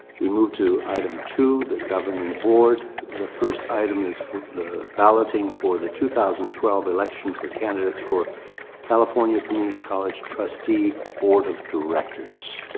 we move to item two, the governing board. the first item is for, the balloting for the two thousand and twelve election for candidates for california community college trustee board of directors.